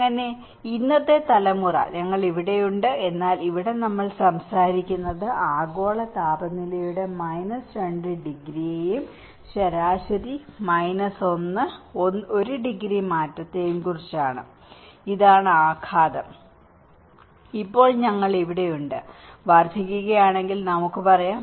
അങ്ങനെ ഇന്നത്തെ തലമുറ ഞങ്ങൾ ഇവിടെയുണ്ട് എന്നാൽ ഇവിടെ നമ്മൾ സംസാരിക്കുന്നത് ആഗോള താപനിലയുടെ മൈനസ് 2 ഡിഗ്രിയെയും ശരാശരി മൈനസ് 1 1 ഡിഗ്രി മാറ്റത്തെയും കുറിച്ചാണ് ഇതാണ് ആഘാതം ഇപ്പോൾ ഞങ്ങൾ ഇവിടെയുണ്ട് വർദ്ധിക്കുകയാണെങ്കിൽ നമുക്ക് പറയാം